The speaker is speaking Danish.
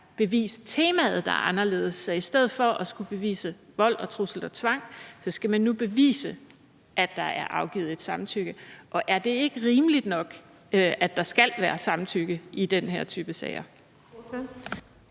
bevidstemaet, der er anderledes, så man i stedet for at skulle bevise, at der har været vold, trusler og tvang, nu skal bevise, at der er afgivet et samtykke? Og er det ikke rimeligt nok, at der i den her type sager